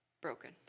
Broken